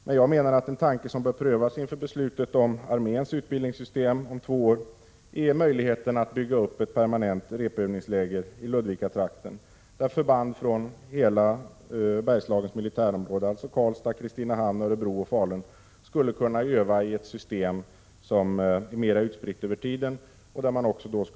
Jag menar emellertid att en tanke som bör prövas inför beslutet om arméns utbildningssystem om två år är möjligheten att bygga upp ett permanent repetitionsövningsläger i Ludvikatrakten, där förband från hela Bergslagens militärområde, dvs. Karlstad, Kristinehamn, Örebro och Falun, skulle kunna öva i ett system som var mer utspritt över tiden.